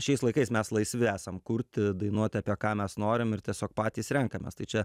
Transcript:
šiais laikais mes laisvi esam kurti dainuoti apie ką mes norim ir tiesiog patys renkamės tai čia